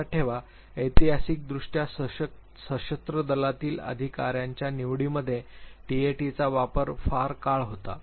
लक्षात ठेवा ऐतिहासिकदृष्ट्या सशस्त्र दलातील अधिका the्यांच्या निवडीमध्ये टाटचा वापर फार काळ होता